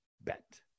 bet